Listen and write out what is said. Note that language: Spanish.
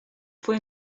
fue